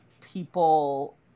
people